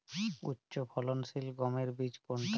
উচ্চফলনশীল গমের বীজ কোনটি?